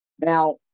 Now